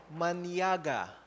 Maniaga